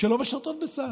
אני הלכתי לבקר אותה שם.